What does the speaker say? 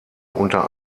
unter